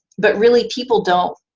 but really people don't,